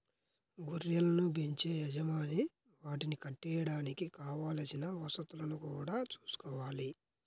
గొర్రెలను బెంచే యజమాని వాటిని కట్టేయడానికి కావలసిన వసతులను గూడా చూసుకోవాలి